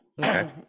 Okay